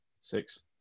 Six